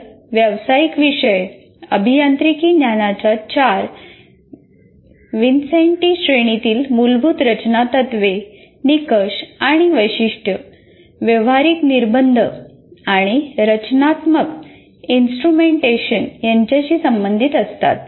तर व्यावसायिक विषय अभियांत्रिकी ज्ञानाच्या चार विन्सेन्टी श्रेणीतील मूलभूत रचना तत्त्वे निकष आणि वैशिष्ट्य व्यावहारिक निर्बंध आणि रचनात्मक इन्स्ट्रुमेंटेशन यांच्याशी संबंधित असतात